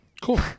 Cool